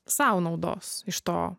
sau naudos iš to